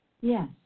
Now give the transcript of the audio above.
Yes